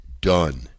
done